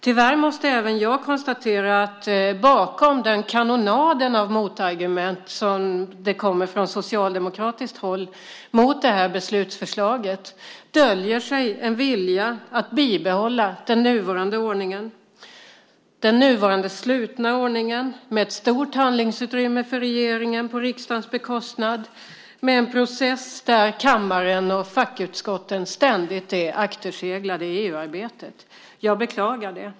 Tyvärr måste även jag konstatera att bakom den kanonad av motargument som kommer från socialdemokratiskt håll mot beslutsförslaget döljer sig en vilja att bibehålla den nuvarande ordningen - den nuvarande slutna ordningen med ett stort handlingsutrymme för regeringen på riksdagens bekostnad, med en process där kammaren och fackutskotten ständigt är akterseglade i EU-arbetet. Jag beklagar det.